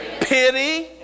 pity